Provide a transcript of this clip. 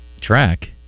Track